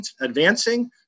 advancing